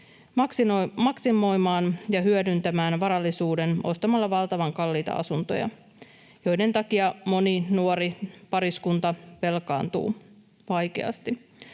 maksimoimaan ja hyödyntämään varallisuuden ostamalla valtavan kalliita asuntoja, joiden takia moni nuori pariskunta velkaantuu vaikeasti.